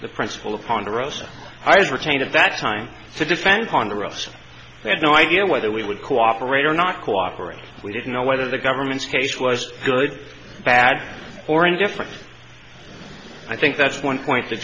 the principal of ponderosa i was retained at that time to defend ponderosa they had no idea whether we would cooperate or not cooperate we didn't know whether the government's case was good bad or indifferent i think that's one point